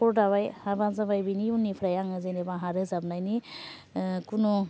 न'खर दाबाय हाबा जाबाय बेनि उननिफ्राय आङो जेनोबा आंहा रोजाबनायनि खुनु